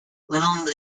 little